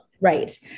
Right